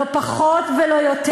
לא פחות ולא יותר.